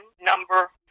number